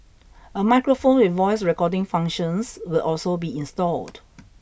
a microphone with voice recording functions will also be installed